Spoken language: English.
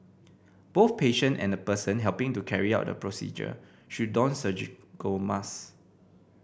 both patient and the person helping to carry out the procedure should don surgical mask